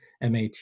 MAT